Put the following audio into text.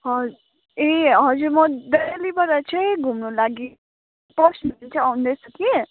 ह ए हजुर म दिल्लीबाट चाहिँ घुम्नु लागि पर्सितिर आउँदैछु कि